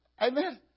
Amen